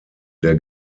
der